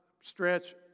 stretch